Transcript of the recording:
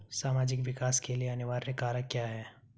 सामाजिक विकास के लिए अनिवार्य कारक क्या है?